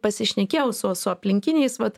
pasišnekėjau su su aplinkiniais vat